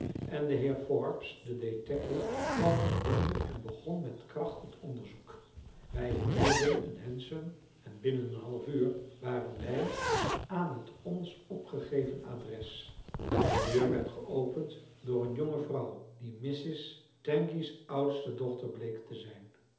en de heer forbes de detective kwam onmiddellijk en begon met kracht het onderzoek wij huurden een hansom en binnen een half uur waren wij aan het ons opgegeven adres de deur werd geopend door een jonge vrouw die mrs tangey's oudste dochter bleek te zijn